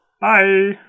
Bye